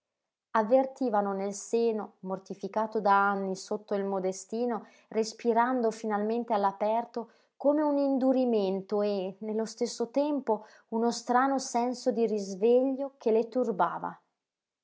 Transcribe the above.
avvertivano nel seno mortificato da anni sotto il modestino respirando finalmente all'aperto come un indurimento e nello stesso tempo uno strano senso di risveglio che le turbava